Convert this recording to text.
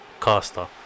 caster